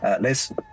Liz